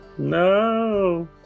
No